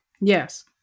Yes